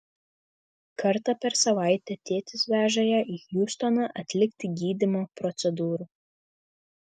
kartą per savaitę tėtis veža ją į hjustoną atlikti gydymo procedūrų